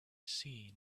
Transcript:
seen